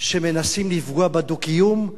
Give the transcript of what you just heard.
שמנסים לפגוע בדו-קיום,